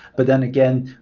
but then again,